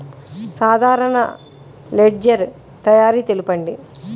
సాధారణ లెడ్జెర్ తయారి తెలుపండి?